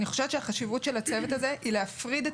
אני חושבת שהחשיבות של הצוות הזה היא בהפרדת